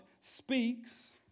speaks